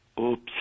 oops